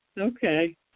Okay